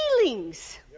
feelings